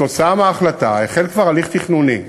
וכתוצאה מההחלטה החל כבר הליך תכנוני,